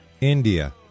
India